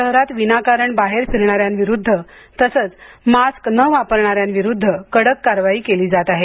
शहरात विनाकारण बाहेर फिरणाऱ्यांविरुद्ध तसंच मास्क न वापरणाऱ्यांविरुद्ध कडक कारवाई केली जात आहे